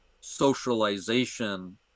socialization